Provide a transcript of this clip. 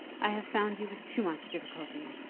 i have found you with too much difficulty.